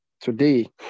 today